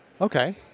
Okay